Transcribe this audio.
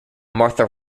martha